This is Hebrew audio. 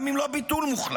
גם אם לא ביטול מוחלט